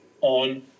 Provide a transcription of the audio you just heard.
on